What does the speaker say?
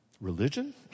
Religion